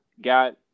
got